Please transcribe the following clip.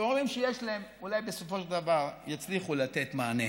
הורים שיש להם אולי בסופו של דבר יצליחו לתת מענה